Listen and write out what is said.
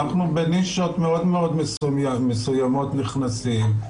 אנחנו בנישות מאוד מאוד מסוימות נכנסים,